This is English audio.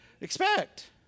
expect